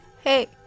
hey